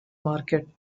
market